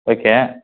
okay